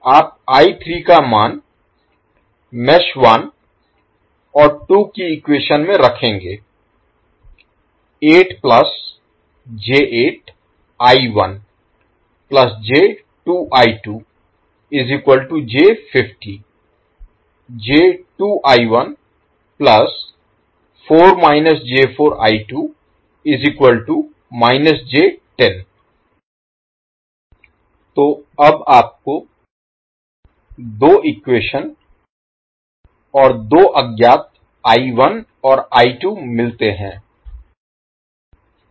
आप I3 का मान मेष 1 और 2 की इक्वेशन में रखेंगे तो अब आपको दो इक्वेशन और दो अज्ञात I1 और I2 मिलते हैं